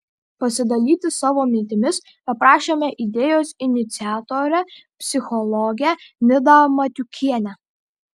pasidalyti savo mintimis paprašėme idėjos iniciatorę psichologę nidą matiukienę